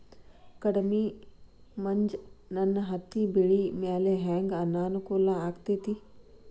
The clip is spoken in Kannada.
ಕಡಮಿ ಮಂಜ್ ನನ್ ಹತ್ತಿಬೆಳಿ ಮ್ಯಾಲೆ ಹೆಂಗ್ ಅನಾನುಕೂಲ ಆಗ್ತೆತಿ?